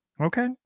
Okay